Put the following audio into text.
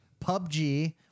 PUBG